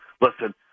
listen